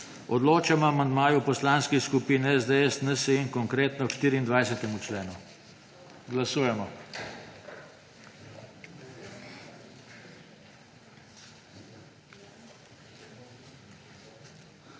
Odločamo o amandmaju poslanskih skupin SDS, NSi in Konkretno k 264. členu. Glasujemo.